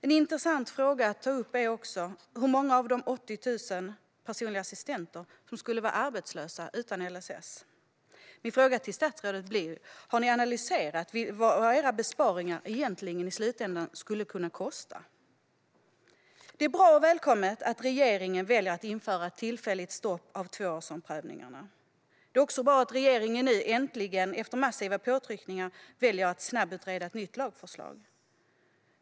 En intressant fråga att ta upp är också hur många av de 80 000 personliga assistenterna som skulle vara arbetslösa utan LSS. Min fråga till statsrådet blir: Har ni analyserat vad era besparingar egentligen i slutändan skulle kunna kosta? Det är bra och välkommet att regeringen väljer att införa ett tillfälligt stopp för tvåårsomprövningarna. Det är också bra att regeringen nu äntligen efter massiva påtryckningar väljer att snabbutreda ett nytt lagförslag.